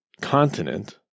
continent